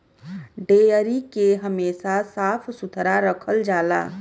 dairy के हमेशा साफ सुथरा रखल जाला